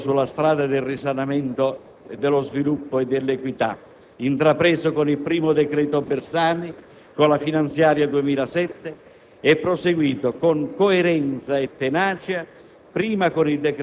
Perciò, senatore Curto, nessun passo indietro sulla strada del risanamento, dello sviluppo e dell'equità, intrapreso con il primo provvedimento Bersani, con la finanziaria 2007